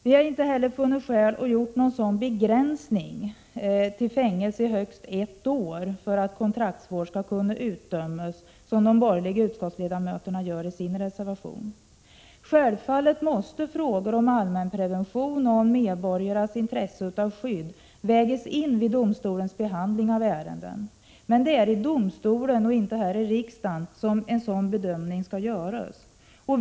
Vi har inte heller funnit skäl att göra någon sådan begränsning till fängelse i högst ett år för att kontraktsvård skall kunna utdömas som de borgerliga utskottsledamöterna gör i sin reservation. Självfallet måste frågor om allmänprevention och medborgarnas intresse av skydd vägas in vid domstolens behandling. Men det är domstolen och inte riksdagen som skall göra en sådan bedömning.